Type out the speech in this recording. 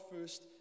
first